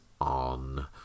on